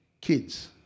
kids